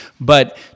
But-